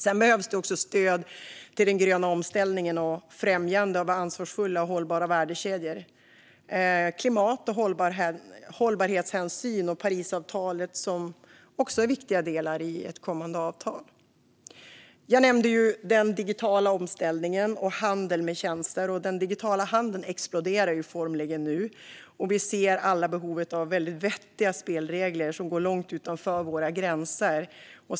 Det behövs också stöd till den gröna omställningen och främjande av ansvarsfulla och hållbara värdekedjor. Klimat och hållbarhetshänsyn och Parisavtalet är också viktiga delar i kommande avtal. Jag nämnde den digitala omställningen och handel med tjänster. Den digitala handeln exploderar formligen nu, och vi ser alla behovet av vettiga spelregler som går långt utanför våra gränser.